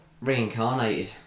Reincarnated